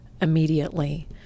immediately